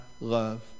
love